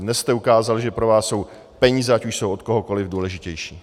Dnes jste ukázali, že pro vás jsou peníze, ať už jsou od kohokoli, důležitější.